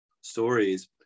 stories